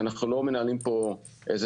אנחנו לא מנהלים פה קיוסק,